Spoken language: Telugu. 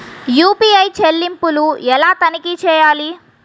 యూ.పీ.ఐ చెల్లింపులు ఎలా తనిఖీ చేయాలి?